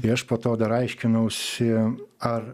tai aš po to dar aiškinausi ar